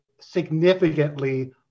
significantly